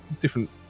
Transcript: different